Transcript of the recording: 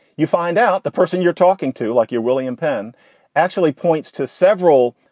you find out the person you're talking to like you're william penn actually points to several,